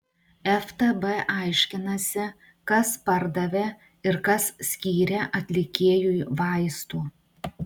ftb aiškinasi kas pardavė ir kas skyrė atlikėjui vaistų